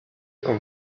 con